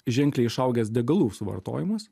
ženkliai išaugęs degalų suvartojimas